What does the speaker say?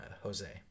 Jose